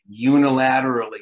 unilaterally